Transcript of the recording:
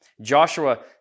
Joshua